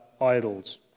idols